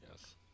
Yes